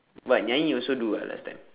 what nyai also do ah last time